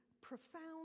profound